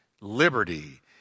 liberty